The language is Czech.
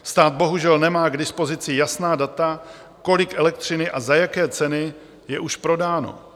Stát bohužel nemá k dispozici jasná data, kolik elektřiny a za jaké ceny je už prodáno.